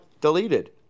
deleted